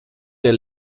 der